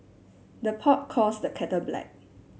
the pot calls the kettle black